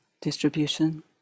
Distribution